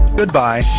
goodbye